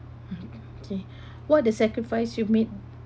okay what the sacrifice you've made